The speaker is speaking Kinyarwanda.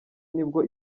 nibwo